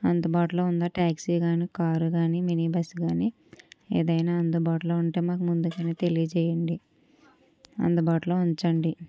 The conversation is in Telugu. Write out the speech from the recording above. అందుబాటులో ఉన్న టాక్సీ కాని కార్ కాని మినీ బస్సు కాని ఏదైనా అందుబాటులో ఉంటే మాకు ముందుకు తెలియజేయండి అందుబాటులో ఉంచండి